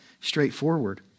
straightforward